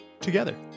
together